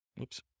Oops